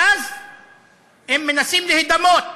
ואז הם מנסים להידמות